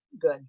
good